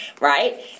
right